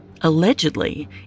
Allegedly